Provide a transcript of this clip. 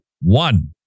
One